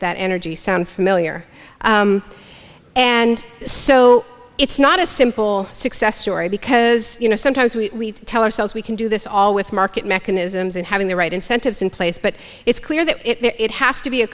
that energy sound familiar and so it's not a simple success story because you know sometimes we tell ourselves we can do this all with market mechanisms and having the right incentives in place but it's clear that it has to be a